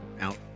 out